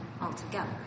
altogether